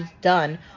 done